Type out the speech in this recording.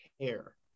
care